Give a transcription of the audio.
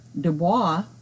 Dubois